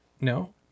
No